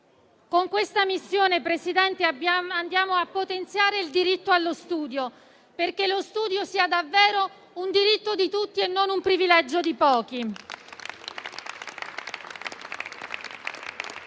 Con questa missione, Presidente, andiamo a potenziare il diritto allo studio, affinché sia davvero un diritto di tutti e non un privilegio di pochi.